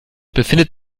befindet